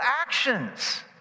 actions